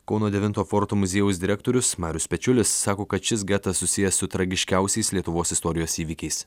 kauno devinto forto muziejaus direktorius marius pečiulis sako kad šis getas susijęs su tragiškiausiais lietuvos istorijos įvykiais